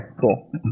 Cool